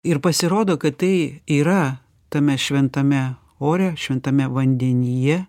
ir pasirodo kad tai yra tame šventame ore šventame vandenyje